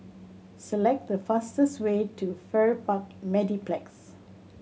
select the fastest way to Farrer Park Mediplex